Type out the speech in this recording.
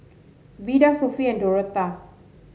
Vida Sophie and Dorotha